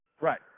Right